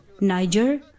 Niger